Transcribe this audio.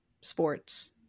sports